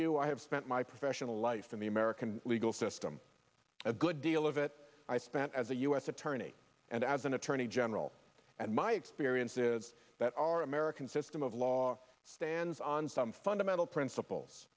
you i have spent my professional life in the american legal system a good deal of it i spent as a u s attorney and as an attorney general and my experience is that our american system of law stands on some fundamental principles